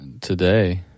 today